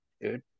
dude